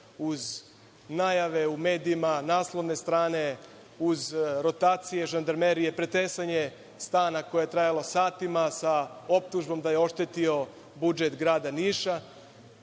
uz najave u medijima, naslovne strane, uz rotacije žandarmerije, pretresanje stana koje je trajalo satima, sa optužbom da je oštetio budžet grada Niša.